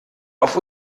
auf